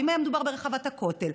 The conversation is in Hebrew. ואם היה מדובר ברחבת הכותל,